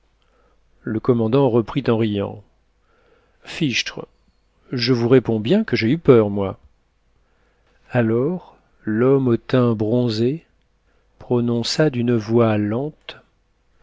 le commandant reprit en riant fichtre je vous réponds bien que j'ai eu peur moi alors l'homme au teint bronzé prononça d'une voix lente